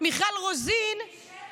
מיכל רוזין גם